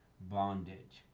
bondage